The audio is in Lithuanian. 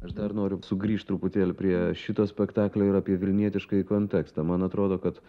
aš dar noriu sugrįžt truputėlį prie šito spektaklio ir apie vilnietiškąjį kontekstą man atrodo kad